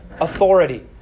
authority